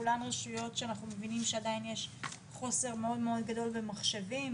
כולן רשויות שאנחנו מבינים שעדיין יש חוסר מאוד מאוד גדול במחשבים,